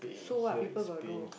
so what people got do